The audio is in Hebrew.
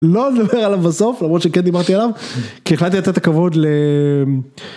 לא לדבר עליו בסוף, למרות שכן דיברתי עליו, כי החלטתי לתת את הכבוד